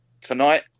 tonight